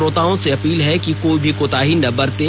श्रोताओं से अपील है कि कोई ण्भी कोताही न बरतें